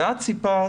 ואת סיפרת